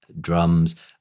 Drums